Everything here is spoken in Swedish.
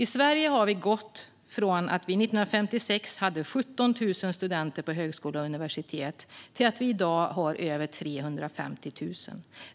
I Sverige har vi gått från att det 1956 fanns 17 000 studenter på högskolor och universitet till att det i dag finns över 350 000.